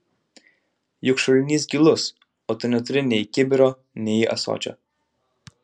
juk šulinys gilus o tu neturi nei kibiro nei ąsočio